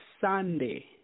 Sunday